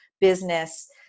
business